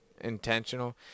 intentional